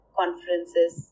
conferences